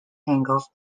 angles